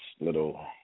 little